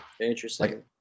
interesting